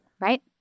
Right